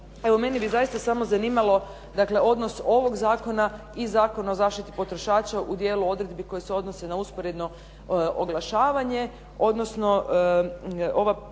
evo mene bi samo zaista zanimalo dakle odnos ovog zakona i Zakona o zaštiti potrošača u dijelu odredbi koje se odnosi na usporedno oglašavanje, odnosno molim